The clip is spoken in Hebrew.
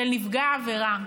של נפגע העבירה.